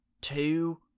two